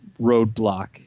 roadblock